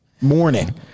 Morning